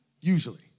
usually